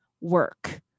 work